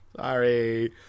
Sorry